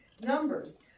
numbers